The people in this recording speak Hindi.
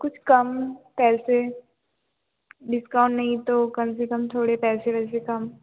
कुछ कम पैसे डिस्काउंट नहीं तो कम से कम थोड़े पैसे वैसे कम